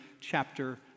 chapter